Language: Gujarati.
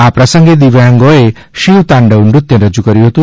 આ પ્રસંગે દિવ્યાંગોએ શિવતાંડવ નૃત્ય રજૂ કર્યું હતું